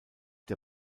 der